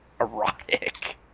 erotic